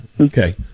Okay